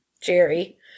Jerry